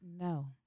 No